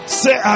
say